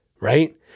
right